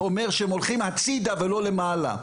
זה אומר שהם הולכים הצידה ולא למעלה.